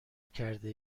کرده